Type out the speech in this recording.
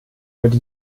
mit